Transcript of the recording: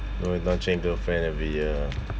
oh you don't change girlfriend every year